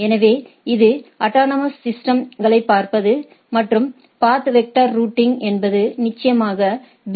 எனவே இது அட்டானமஸ் சிஸ்டம்களைப் பார்ப்பது மற்றும் பாத் வெக்டர் ரூட்டிங் என்பது நிச்சயமாக பி